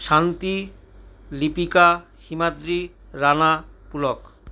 শান্তি লিপিকা হিমাদ্রি রানা পুলক